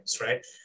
right